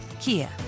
Kia